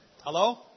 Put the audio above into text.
Hello